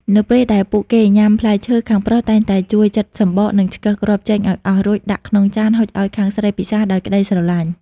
នៅពេលដែលពួកគេញ៉ាំផ្លែឈើ ខាងប្រុសតែងតែជួយចិតសំបក និងឆ្កឹះគ្រាប់ចេញឱ្យអស់ រួចដាក់ក្នុងចានហុចឱ្យខាងស្រីពិសារដោយក្ដីស្រឡាញ់។